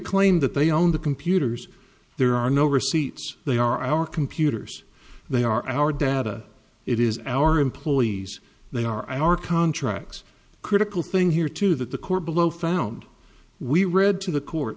claim that they own the computers there are no receipts they are our computers they are our data it is our employees they are our contracts critical thing here too that the court below found we read to the court